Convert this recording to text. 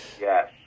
Yes